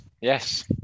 Yes